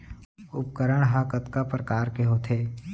उपकरण हा कतका प्रकार के होथे?